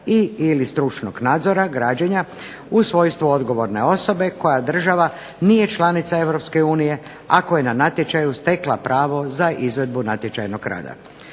ili stručnog nadzora, građenja u svojstvu odgovorne osobe koja država nije članica Europske unije, ako je na natječaju stekla pravo za izvedbu natječajnog rada.